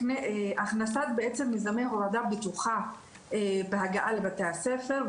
הכנסת בעצם מיזמי הורדה בטוחה בהגעה לבתי הספר,